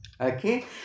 Okay